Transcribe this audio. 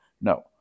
No